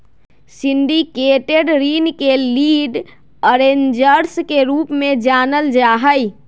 syndicated ऋण के lead arrangers के रूप में जानल जा हई